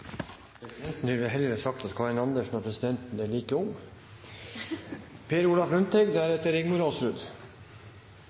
Presidenten ville vel heller ha sagt at Karin Andersen og presidenten er like